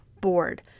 board